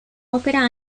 opera